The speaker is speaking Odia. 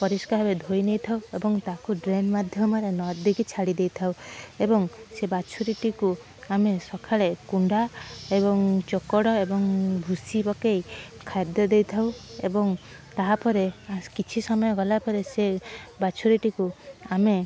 ପରିଷ୍କାର ଭାବେ ଧୋଇ ନେଇଥାଉ ଏବଂ ତାକୁ ଡ୍ରେନ୍ ମାଧ୍ୟମରେ ନଦୀକୁ ଛାଡ଼ି ଦେଇଥାଉ ଏବଂ ସେ ବାଛୁରୀଟିକୁ ଆମେ ସକାଳେ କୁଣ୍ଡା ଏବଂ ଚୋକଡ଼ ଏବଂ ଭୁସି ପକାଇ ଖାଦ୍ୟ ଦେଇଥାଉ ଏବଂ ତାହା ପରେ ବାସ୍ କିଛି ସମୟ ଗଲା ପରେ ସେ ବାଛୁରୀଟିକୁ ଆମେ